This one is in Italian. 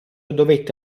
dovette